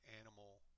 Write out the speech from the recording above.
animal